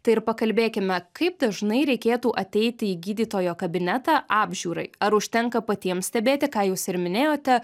tai ir pakalbėkime kaip dažnai reikėtų ateiti į gydytojo kabinetą apžiūrai ar užtenka patiems stebėti ką jūs ir minėjote